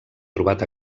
trobat